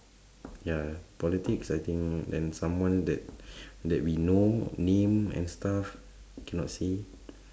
ya politics I think and someone that that we know name and stuff cannot say